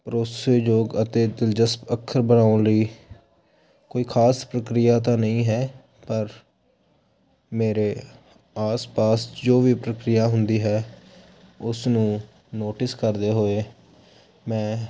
ਭਰੋਸੇਯੋਗ ਅਤੇ ਦਿਲਚਸਪ ਅੱਖਰ ਬਣਾਉਣ ਲਈ ਕੋਈ ਖ਼ਾਸ ਪ੍ਰਕਿਰਿਆ ਤਾਂ ਨਹੀਂ ਹੈ ਪਰ ਮੇਰੇ ਆਸ ਪਾਸ ਜੋ ਵੀ ਪ੍ਰਕਿਰਿਆ ਹੁੰਦੀ ਹੈ ਉਸਨੂੰ ਨੋਟਿਸ ਕਰਦੇ ਹੋਏ ਮੈਂ